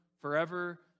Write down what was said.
forever